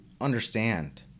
understand